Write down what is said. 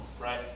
right